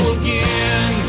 again